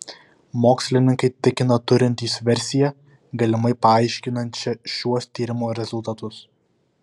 mokslininkai tikina turintys versiją galimai paaiškinančią šiuos tyrimo rezultatus